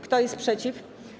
Kto jest przeciw?